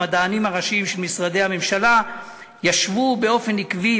המדענים הראשיים של משרדי הממשלה ישבו באופן עקבי.